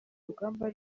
rugamba